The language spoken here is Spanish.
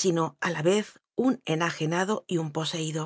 sino a la vez un enajenado y un poseído